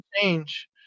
change